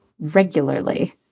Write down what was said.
Regularly